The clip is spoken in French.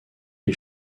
les